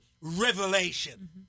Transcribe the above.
Revelation